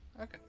Okay